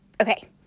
Okay